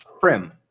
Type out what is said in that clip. prim